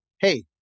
hey